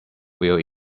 will